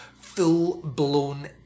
full-blown